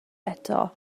eto